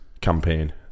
campaign